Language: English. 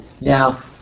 now